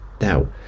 now